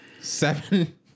seven